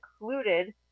included